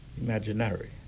imaginary